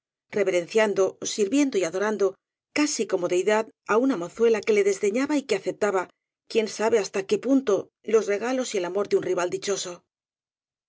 reverenciando sirvien do y adorando casi como deidad á una mozuela que le desdeñaba y que aceptaba quién sabe hasta qué punto los regalos y el amor de un rival